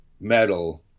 metal